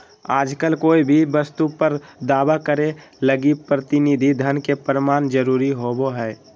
आजकल कोय भी वस्तु पर दावा करे लगी प्रतिनिधि धन के प्रमाण जरूरी होवो हय